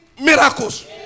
miracles